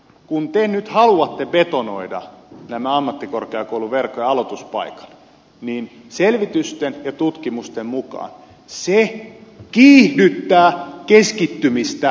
kun te nyt haluatte betonoida tämän ammattikorkeakouluverkon ja aloituspaikat niin selvitysten ja tutkimusten mukaan se kiihdyttää keskittymistä ja keskittämistä